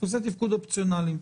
דפוסי תפקוד אופציונליים.